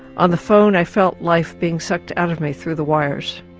on the phone i felt life being sucked out of me through the wires,